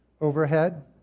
overhead